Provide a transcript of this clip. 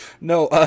No